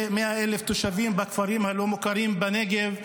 100,000 תושבים בכפרים הלא-מוכרים בנגב,